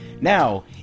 Now